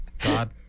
God